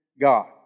God